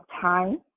time